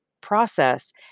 process